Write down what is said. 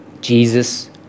Jesus